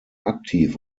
aktiv